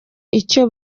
icyo